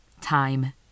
time